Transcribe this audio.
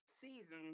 seasons